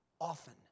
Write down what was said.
often